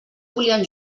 volien